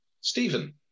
Stephen